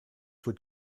would